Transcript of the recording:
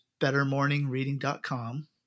BetterMorningReading.com